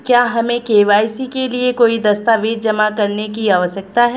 क्या हमें के.वाई.सी के लिए कोई दस्तावेज़ जमा करने की आवश्यकता है?